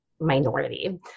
minority